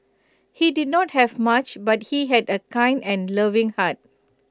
he did not have much but he had A kind and loving heart